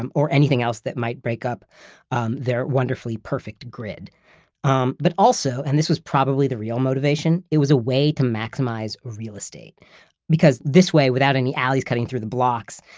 um or anything else that might break up um their wonderfully perfect grid um but also, and this was probably the real motivation, it was a way to maximize real estate because this way, without any alleys cutting through the blocks,